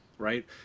Right